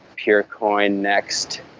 peer coin next,